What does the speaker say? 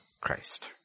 Christ